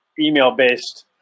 email-based